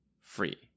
free